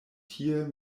tie